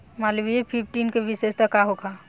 Malviya fifteen के विशेषता का होला?